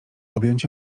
objąć